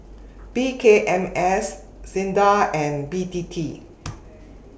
P K M S SINDA and B T T